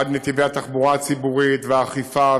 עד נתיבי התחבורה הציבורית והאכיפה,